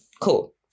cool